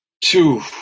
two